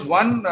one